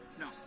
No